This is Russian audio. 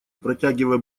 протягивая